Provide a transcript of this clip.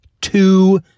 two